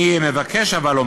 אני מבקש, אבל,